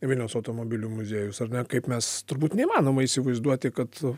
vilniaus automobilių muziejus ar ne kaip mes turbūt neįmanoma įsivaizduoti kad